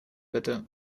bitte